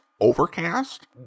Overcast